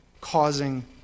causing